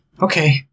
Okay